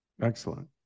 excellent